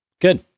Good